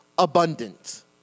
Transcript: abundant